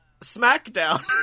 SmackDown